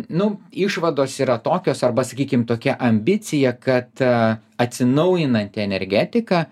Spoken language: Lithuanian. nu išvados yra tokios arba sakykim tokia ambicija kad atsinaujinanti energetika